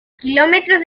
kilómetros